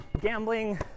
gambling